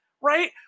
right